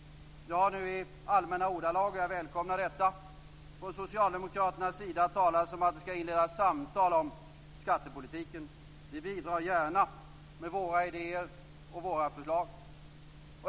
Det har nu i allmänna ordalag välkomnats att man från socialdemokraternas sida talat om att inleda samtal om skattepolitiken. Vi bidrar gärna med våra idéer och förslag.